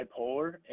bipolar